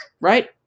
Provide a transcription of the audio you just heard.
right